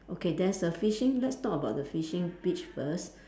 okay there's a fishing let's talk about the fishing beach first